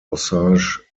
osage